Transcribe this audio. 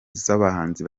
z’abahanzi